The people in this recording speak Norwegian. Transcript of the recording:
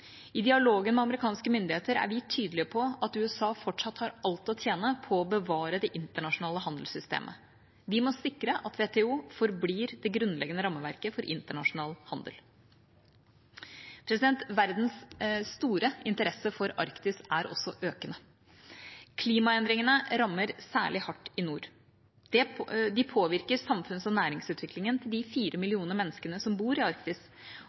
I dialogen med amerikanske myndigheter er vi tydelige på at USA fortsatt har alt å tjene på å bevare det internasjonale handelssystemet. Vi må sikre at WTO forblir det grunnleggende rammeverket for internasjonal handel. Verdens store interesse for Arktis er økende. Klimaendringene rammer særlig hardt i nord. De påvirker samfunns- og næringsutviklingen til de fire millioner menneskene som bor i Arktis,